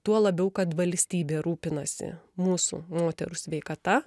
tuo labiau kad valstybė rūpinasi mūsų moterų sveikata